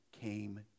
came